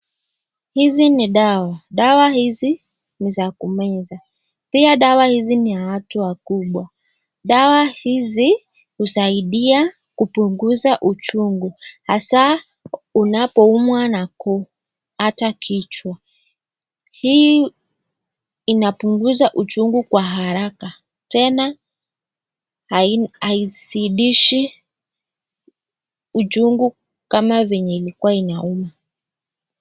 Hizi ni dawa, dawa hizi ni za kumeza. Pia dawa hizi ni ya watu wakubwa dawa hizi husaidia kupunguza uchungu hasa unapoumwa na koo hata kichwa hii inapunguza uchungu kwa haraka tena haizidishi uchungu kama venye ilikuwa inauma.